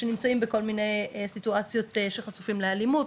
שנמצאים בכל מיני סיטואציות שחשופים לאלימות,